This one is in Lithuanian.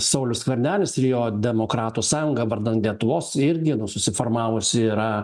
saulius skvernelis ir jo demokratų sąjunga vardan lietuvos irgi susiformavusi yra